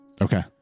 Okay